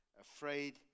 afraid